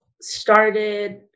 started